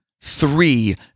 three